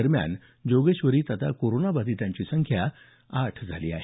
दरम्यान जोगेश्वरीत आता कोरोनाबाधितांची संख्या आठ झाली आहे